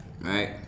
right